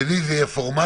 שני זה יהיה פורמלית,